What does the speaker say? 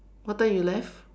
what time you left